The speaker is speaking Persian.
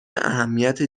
اهمیت